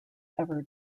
ever